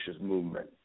movement